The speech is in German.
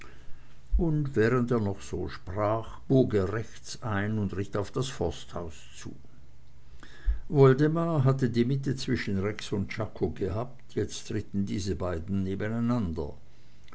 und während er noch so sprach bog er rechts ein und ritt auf das forsthaus zu woldemar hatte die mitte zwischen rex und czako gehabt jetzt ritten diese beiden nebeneinander